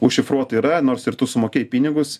užšifruota yra nors ir tu sumokėjai pinigus